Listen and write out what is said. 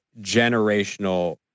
generational